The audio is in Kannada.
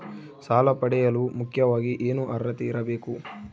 ಸಾಲ ಪಡೆಯಲು ಮುಖ್ಯವಾಗಿ ಏನು ಅರ್ಹತೆ ಇರಬೇಕು?